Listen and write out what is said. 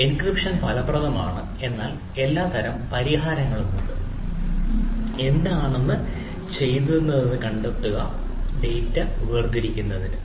encryption ഫലപ്രദമാണ് എന്നാൽ എല്ലാത്തരം പരിഹാരങ്ങളും ഉണ്ട് എന്താണ് ചെയ്തതെന്ന് കണ്ടെത്തുക ഡാറ്റ വേർതിരിക്കുന്നതിന്